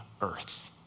earth